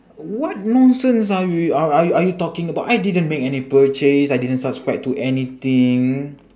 what nonsense are you are are are you talking about I didn't make any purchase I didn't subscribe to anything